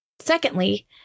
Secondly